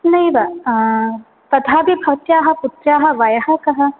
नैव तथापि भवत्याः पुत्राः वयः कः